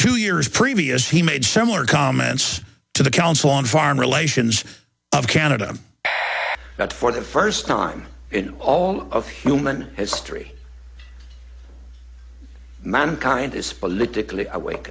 to years previous he made similar comments to the council on foreign relations of canada that for the first time in all of human history mankind is politically awake